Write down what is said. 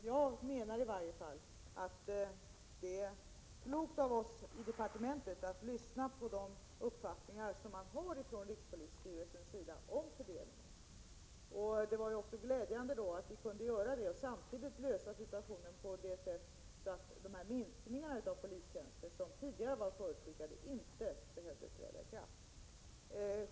Jag menar i varje fall att det är klokt av oss i departementet att lyssna på de uppfattningar rikspolisstyrelsen har om fördelningen. Det var också glädjande att vi kunde göra det och samtidigt reda upp situationen på sådant sätt att den minskning av antalet polistjänster som var förutskickad inte behövde genomföras.